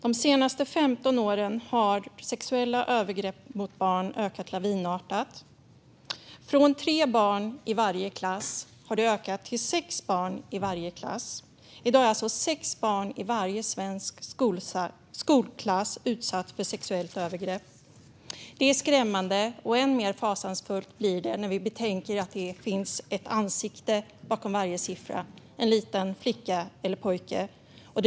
De senaste 15 åren har antalet sexuella övergrepp mot barn ökat lavinartat, från tre barn i varje klass till sex barn i varje klass. I dag är alltså sex barn i varje svensk skolklass utsatta för sexuella övergrepp. Det är skrämmande, och än mer fasansfullt blir det när vi betänker att det finns ett ansikte bakom varje siffra - en liten flicka eller en liten pojke.